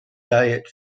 diet